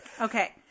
Okay